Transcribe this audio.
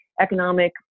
economic